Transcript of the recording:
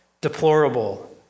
deplorable